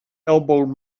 elbowed